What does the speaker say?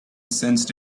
sensed